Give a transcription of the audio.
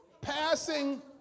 Passing